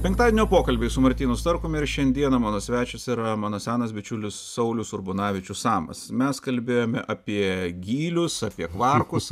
penktadienio pokalbiai su martynu starkumi ir šiandieną mano svečias yra mano senas bičiulis saulius urbonavičius samas mes kalbėjome apie gylius apie kvarkus